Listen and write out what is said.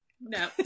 No